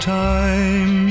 time